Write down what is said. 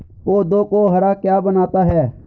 पौधों को हरा क्या बनाता है?